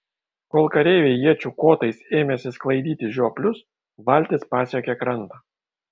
kol kareiviai iečių kotais ėmėsi sklaidyti žioplius valtis pasiekė krantą